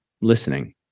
listening